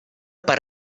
per